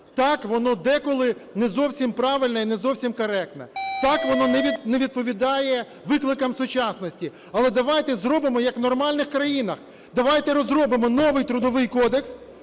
Так, воно деколи не зовсім правильне і не зовсім коректне. Так, воно не відповідає викликам сучасності. Але давайте зробимо, як в нормальних країнах. Давайте розробимо новий Трудовий кодекс,